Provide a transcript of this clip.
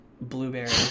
blueberry